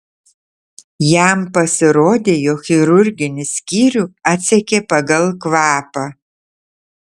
jam pasirodė jog chirurginį skyrių atsekė pagal kvapą